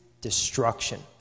destruction